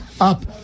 up